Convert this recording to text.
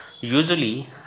Usually